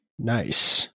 Nice